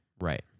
right